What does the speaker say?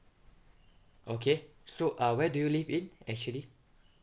okay so uh where do you live in actually